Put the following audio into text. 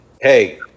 hey